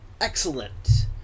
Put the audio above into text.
excellent